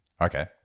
Okay